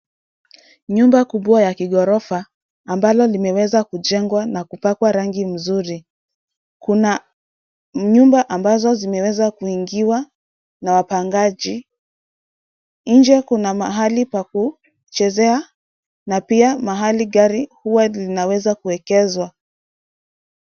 Nyumba kubwa ya kighorofa, ambalo limeweza kujengwa na kupakwa rangi mzuri. Kuna nyumba ambazo zimeweza kuingiwa na wapangaji. Nje kuna mahali pa kuchezea na pia mahali gari huwa linaweza kuegeshwa.